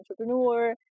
entrepreneur